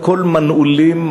הכול מנעולים,